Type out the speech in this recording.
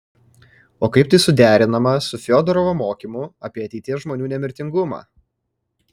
o kaip tai suderinama su fiodorovo mokymu apie ateities žmonių nemirtingumą